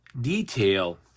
detail